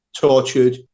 tortured